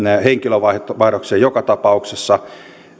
henkilövaihdoksia joka tapauksessa